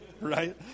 right